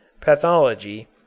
pathology